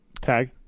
Tag